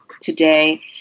today